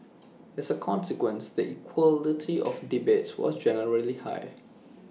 as A consequence the equality of debates was generally high